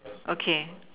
okay